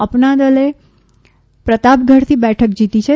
અપનાદલે પ્રતાપગઢથી બેઠક જીતી છે